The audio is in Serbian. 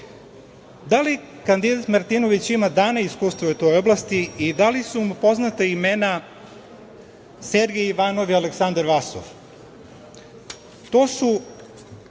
li kandidat Martinović ima dana iskustva u toj oblasti i da li su mu poznata imena Sergej Ivanov i Aleksandar Vasov? To su